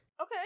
Okay